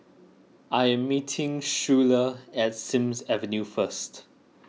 I am meeting Schuyler at Sims Avenue first